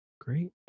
Great